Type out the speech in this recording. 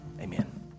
amen